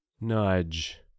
nudge